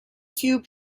few